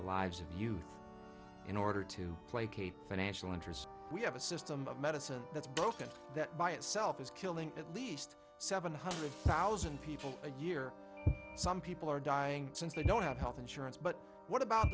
the lives of you in order to placate financial interests we have a system of medicine that's broken that by itself is killing at least seven hundred thousand people a year some people are dying since they don't have health insurance but what about